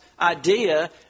idea